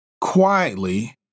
quietly